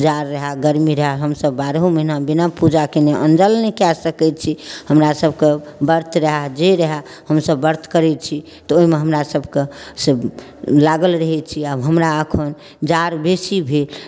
जाड़ रहै गरमी रहै हमसब बारहो महिना बिना पूजा केने अन्नजल नहि कऽ सकै छी हमरासभके व्रत रहै जे रहै हमसभ व्रत करै छी तऽ ओहिमे हमरासभके से लागल रहै छी आब हमरा एखन जाड़ बेसी भेल